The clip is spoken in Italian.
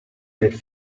del